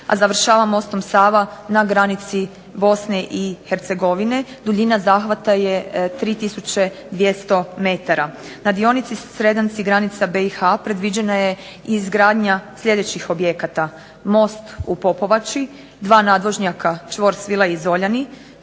a završava mostom SAva na granici BiH. Duljina zahvata je 3 tisuće 200m. Na dionici Sredanci granica BIH predviđena je izgradnja sljedećih objekata: most u Popovači, dva nadvožnjaka, čvor Svilaj i Zoljani,